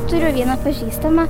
turiu vieną pažįstamą